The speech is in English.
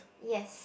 yes